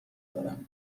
دارم